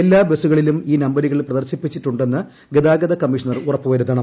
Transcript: എല്ലാ ബസുകളിലും ഈ നമ്പരുകൾ പ്രദർശിപ്പിച്ചിട്ടുണ്ടെന്ന് ഗതാഗത കമ്മീഷണർ ഉറപ്പുവരുത്തണം